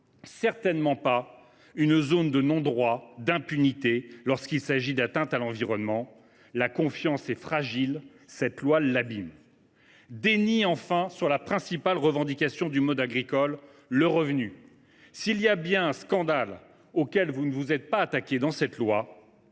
certainement pas une zone de non droit et d’impunité, lorsqu’il s’agit d’atteintes à l’environnement. La confiance est fragile ; cette loi l’abîme. Un déni, enfin, de la principale revendication du monde agricole : le revenu. S’il y a bien un scandale auquel vous ne vous êtes pas attaqués, c’est celui